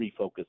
refocus